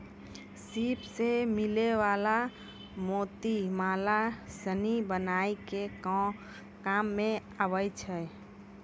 सिप सें मिलै वला मोती माला सिनी बनाय के काम में आबै छै